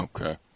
Okay